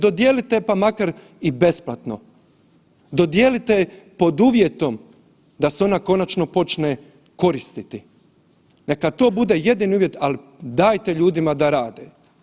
Dodijelite pa makar i besplatno, dodijelite je pod uvjetom da se ona konačno počne koristiti, neka bude to jedini uvjet, al dajte ljudima da rade.